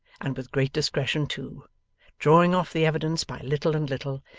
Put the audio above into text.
and with great discretion too drawing off the evidence by little and little,